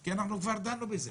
כי כבר דנו בזה,